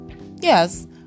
Yes